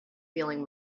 feeling